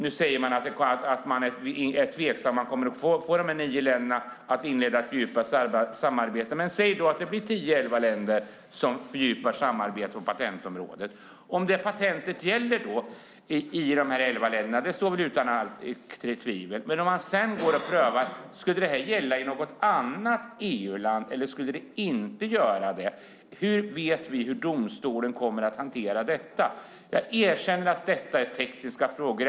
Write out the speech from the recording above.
Nu säger man att man är tveksam om man kommer att få de här nio länderna att inleda ett fördjupat samarbete. Men säg att det blir tio elva länder som fördjupar samarbetet på patentområdet. Om patentet då gäller i dessa länder - det står väl utom allt tvivel - och man sedan prövar om det ska gälla i något annat EU-land eller om det inte ska göra det, vet vi då hur domstolen kommer att hantera detta? Jag erkänner att detta är tekniska frågor.